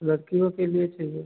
लड़कियों के लिए चाहिए